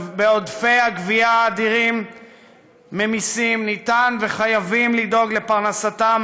בעודפי הגבייה האדירים ממסים אפשר וחייבים לדאוג לפרנסתם